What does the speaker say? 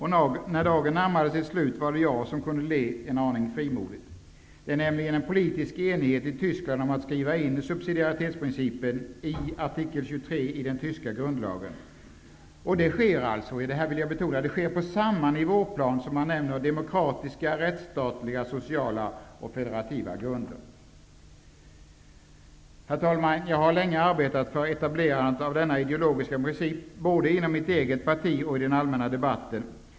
När dagen närmade sig sitt slut var det jag som kunde le en aning frimodigt. Det råder nämligen politisk enighet i Tyskland om att skriva in subsidiaritetsprincipen i artikel 23 i den tyska grundlagen, och det sker -- det vill jag betona -- på samma nivåplan som man nämner demokratiska, rättsstatliga, sociala och federativa grunder. Herr talman! Jag har länge arbetat för etablerandet av denna ideologiska princip, både inom mitt eget parti och i den allmänna debatten.